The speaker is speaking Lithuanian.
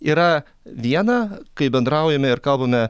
yra viena kai bendraujame ir kalbame